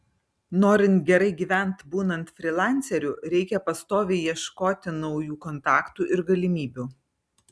norint gerai gyvent būnant frylanceriu reikia pastoviai ieškoti naujų kontaktų ir galimybių